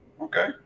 Okay